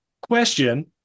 question